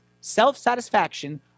self-satisfaction